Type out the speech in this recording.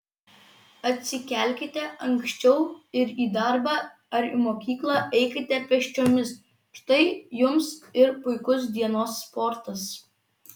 atsikelkite anksčiau ir į darbą ar mokyklą eikite pėsčiomis štai jums ir puikus dienos sportas